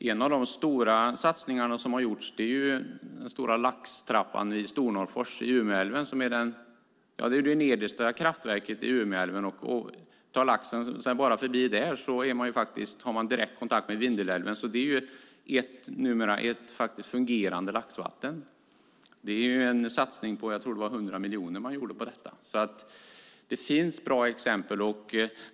En av de stora satsningar som har gjorts är den stora laxtrappan i Stornorrfors i Umeälven. Det är det nedersta kraftverket i Umeälven. Tar sig laxen bara förbi där har de direkt kontakt med Vindelälven. Det är numera ett fungerande laxvatten. Det är en satsning på jag tror det var 100 miljoner. Det finns alltså bra exempel.